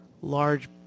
large